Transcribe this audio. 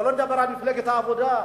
שלא נדבר על מפלגת העבודה,